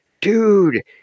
dude